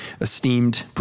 esteemed